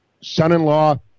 son-in-law